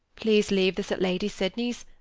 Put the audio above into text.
please leave this at lady sydney's,